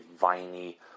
viney